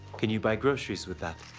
can you buy groceries with that?